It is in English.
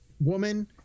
woman